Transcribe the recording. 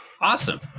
awesome